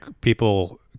people